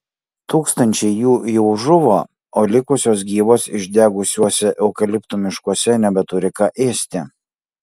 tūkstančiai jų jau žuvo o likusios gyvos išdegusiuose eukaliptų miškuose nebeturi ką ėsti